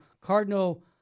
Cardinal